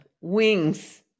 wings